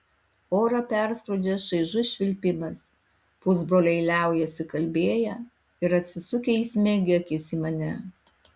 orą perskrodžia šaižus švilpimas pusbroliai liaujasi kalbėję ir atsisukę įsmeigia akis į mane